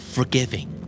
Forgiving